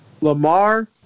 Lamar